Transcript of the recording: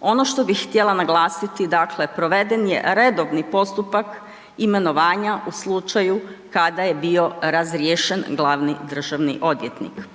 Ono što bih htjela naglasiti dakle proveden je redovni postupak imenovanja u slučaju kada je bio razriješen glavni državni odvjetnik.